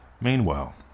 Meanwhile